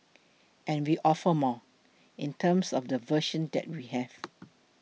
and we offer more in terms of the version that we have